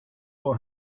will